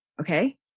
okay